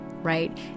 right